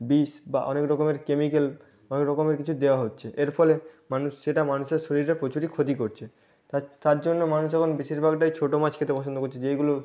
বিষ বা অনেক রকমের কেমিকেল অনেক রকমের কিছু দেওয়া হচ্ছে এর ফলে মানুষ সেটা মানুষের শরীরে প্রচুরই ক্ষতি করছে তার জন্য এখন বেশিরভাগটাই ছোটো মাছ খেতে পছন্দ করছে যেইগুলো